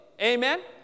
Amen